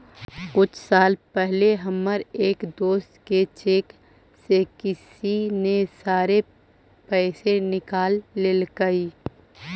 कुछ साल पहले हमर एक दोस्त के चेक से किसी ने सारे पैसे निकाल लेलकइ